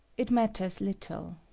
it matters little,